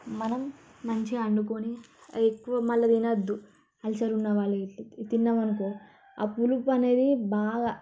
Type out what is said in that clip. మనం మంచిగా అండుకొని అదెక్కువ మళ్ల తినొద్దు అల్సరున్న వాళ్ళు మళ్ళా తిన్నామనుకో ఆ పులుపు అనేది బాగా